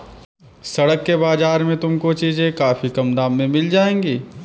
सड़क के बाजार में तुमको चीजें काफी कम दाम में मिल जाएंगी